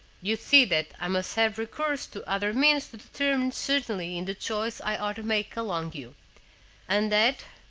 you see that i must have recourse to other means to determine certainly in the choice i ought to make among you and that,